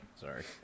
Sorry